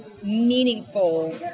meaningful